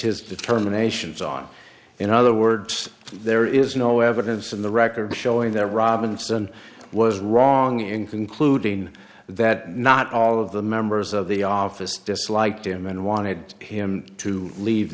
his determinations on in other words there is no evidence in the record showing that robinson was wrong in concluding that not all of the members of the office disliked him and wanted him to leave